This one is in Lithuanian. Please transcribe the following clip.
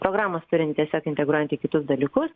programos turinį tiesiog integruojant į kitus dalykus